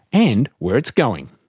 and where it's going.